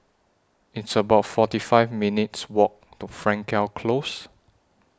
It's about forty five minutes' Walk to Frankel Close